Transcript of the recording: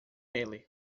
ele